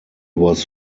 was